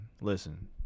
Listen